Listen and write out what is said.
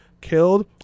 killed